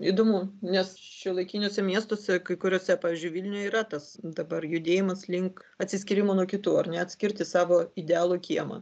įdomu nes šiuolaikiniuose miestuose kai kuriose pavyzdžiui vilniuj yra tas dabar judėjimas link atsiskyrimo nuo kitų ar ne atskirti savo idealų kiemą